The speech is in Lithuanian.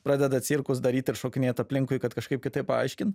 pradeda cirkus daryt ir šokinėt aplinkui kad kažkaip kitaip paaiškint